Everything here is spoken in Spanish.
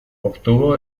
obtuvo